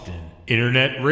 Internet